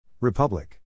Republic